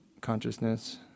consciousness